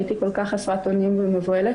הייתי כל כך חסרת אונים ומבוהלת.